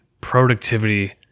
productivity